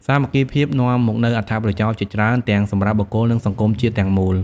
សាមគ្គីភាពនាំមកនូវអត្ថប្រយោជន៍ជាច្រើនទាំងសម្រាប់បុគ្គល និងសង្គមជាតិទាំងមូល។